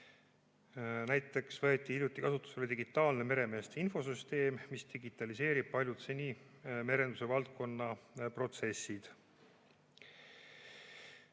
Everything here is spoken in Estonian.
Näiteks võeti hiljuti kasutusele digitaalne meremeeste infosüsteem, mis digitaliseerib paljud merenduse valdkonna protsessid.